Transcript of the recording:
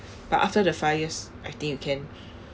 but after the five years I think you can